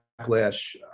Backlash